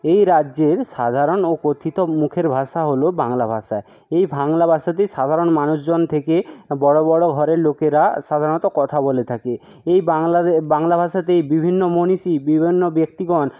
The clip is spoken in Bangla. এই রাজ্যের সাধারণ ও কথিত মুখের ভাষা হল বাংলা ভাষা এই বাংলা ভাষাতেই সাধারণ মানুষজন থেকে বড় বড় ঘরের লোকেরা সাধারণত কথা বলে থাকে এই বাংলা বাংলা ভাষাতেই বিভিন্ন মনীষী বিভিন্ন ব্যক্তিগণ